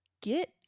get